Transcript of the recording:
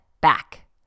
back